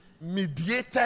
mediated